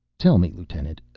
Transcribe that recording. tell me, lieutenant,